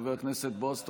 חבר הכנסת בועז טופורובסקי,